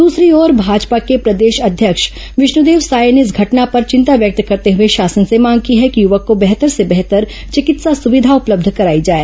दूसरी ओर भाजपा के प्रदेश अध्यक्ष विष्णुदेव साय ने इस घटना पर चिंता व्यक्त करते हुए शासन से मांग की है कि युवक को बेहतर से बेहतर विकित्सा सुविधा उपलब्ध कराई जाए